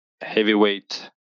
heavyweight